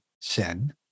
sin